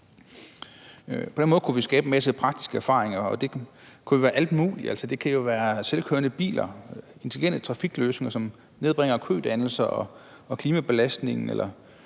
På den måde kunne vi skabe en masse praktisk erfaringer, og det kunne jo være alt muligt. Det kunne være selvkørende biler, intelligente trafikløsninger, som nedbringer kødannelser og klimabelastningen.